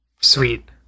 Sweet